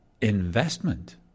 Investment